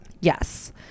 Yes